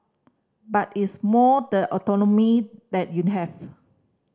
but it's more the autonomy that you have